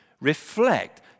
reflect